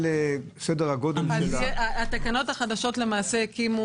התקנות החדשות הקימו